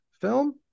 film